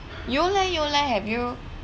you leh you leh have you